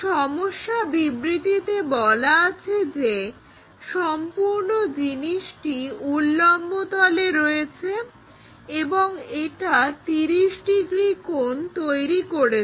সমস্যা বিবৃতিতে বলা আছে যে সম্পূর্ণ জিনিসটি উল্লম্ব তলে রয়েছে এবং এটা 30 ডিগ্রি কোণ তৈরি করেছে